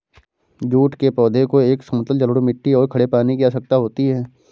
jute के पौधे को एक समतल जलोढ़ मिट्टी और खड़े पानी की आवश्यकता होती है